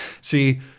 See